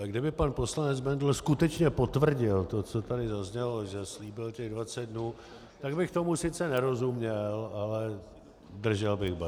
Kdyby pan poslanec Bendl skutečně potvrdil to, co tady zaznělo, že slíbil těch 20 dnů, tak bych tomu sice nerozuměl, ale držel bych basu.